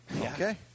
Okay